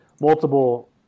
multiple